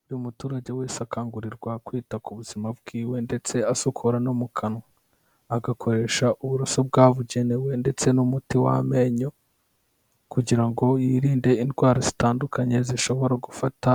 Buri muturage wese akangurirwa kwita ku buzima bwiwe ndetse asukura no mu kanwa, agakoresha uburoso bwabugenewe, ndetse n'umuti w'amenyo, kugira ngo yirinde indwara zitandukanye zishobora gufata